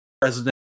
President